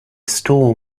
store